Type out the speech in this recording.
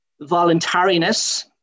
voluntariness